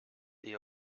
the